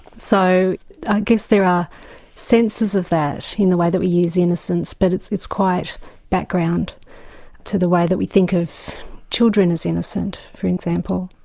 so i guess there are senses of that in the way that we use innocence, but it's it's quite background to the way that we think of children as innocent, for example.